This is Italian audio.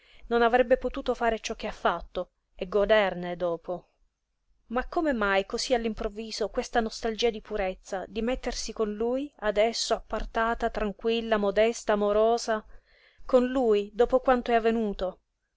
non avrebbe potuto fare ciò che ha fatto e goderne dopo ma come mai cosí all'improvviso questa nostalgia di purezza di mettersi con lui adesso appartata tranquilla modesta amorosa con lui dopo quanto è avvenuto